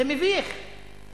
זה מביך.